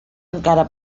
encara